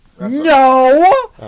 No